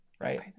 right